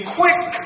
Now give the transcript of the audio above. quick